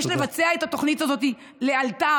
יש לבצע את התוכנית הזאת לאלתר,